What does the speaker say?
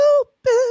open